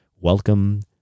Welcome